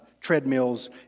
treadmills